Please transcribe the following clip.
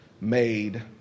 made